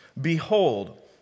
Behold